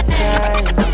time